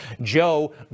Joe